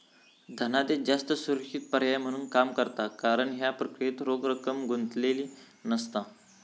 धनादेश जास्त सुरक्षित पर्याय म्हणून काम करता कारण ह्या क्रियेत रोख रक्कम गुंतलेली नसता